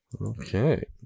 Okay